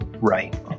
right